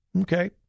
Okay